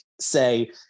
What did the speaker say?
say